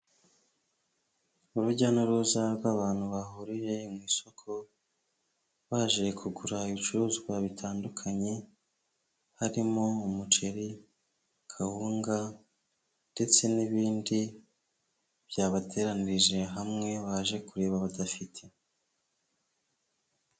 Urujya n'uruza rw'abantu bahuriye mu isoko baje kugura ibicuruzwa bitandukanye harimo umuceri, kawunga ndetse n'ibindi byabateranirije hamwe baje kureba badafite.